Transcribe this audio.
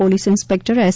police inspector S